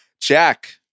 Jack